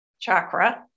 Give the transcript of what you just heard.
chakra